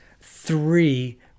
three